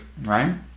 right